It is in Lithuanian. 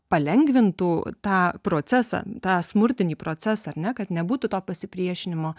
palengvintų tą procesą tą smurtinį procesą ar ne kad nebūtų to pasipriešinimo